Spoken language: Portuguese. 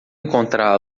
encontrá